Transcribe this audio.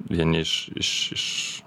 vieni iš iš iš